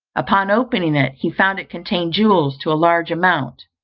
upon opening it, he found it contained jewels to a large amount,